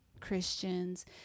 Christians